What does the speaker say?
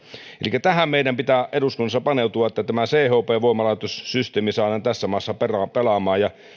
elikkä tähän meidän pitää eduskunnassa paneutua että tämä chp voimalaitossysteemi saadaan tässä maassa pelaamaan pelaamaan ja